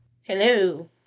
Hello